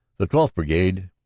the twelfth. brigade,